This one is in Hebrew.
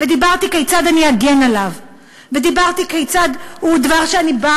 ודיברתי כיצד אני אגן עליו,